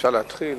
אפשר להתחיל.